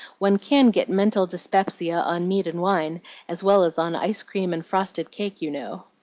one can get mental dyspepsia on meat and wine as well as on ice-cream and frosted cake, you know.